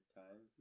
time